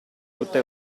tutta